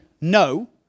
no